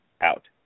out